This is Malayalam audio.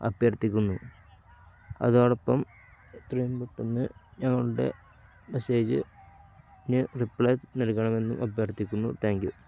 അഭ്യർഥിക്കുന്നു അതോടൊപ്പം എത്രയും പെട്ടെന്ന് ഞങ്ങളുടെ മെസ്സേജിനു റിപ്ലൈ നൽകണമെന്നും അഭ്യർത്ഥിക്കുന്നു താങ്ക്യൂ